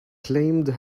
claimed